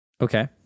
Okay